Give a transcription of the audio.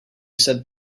said